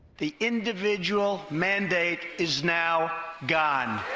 the individual mandate is now gone.